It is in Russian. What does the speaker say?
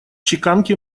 чеканки